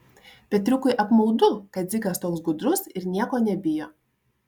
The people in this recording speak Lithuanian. petriukui apmaudu kad dzikas toks gudrus ir nieko nebijo